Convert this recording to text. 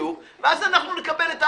ואז אנחנו נקבל את ההחלטה.